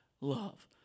love